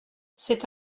c’est